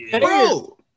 Bro